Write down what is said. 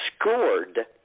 scored